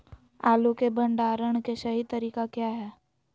आलू के भंडारण के सही तरीका क्या है?